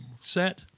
set